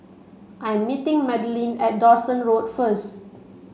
I'm meeting Madeleine at Dawson Road first